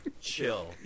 chill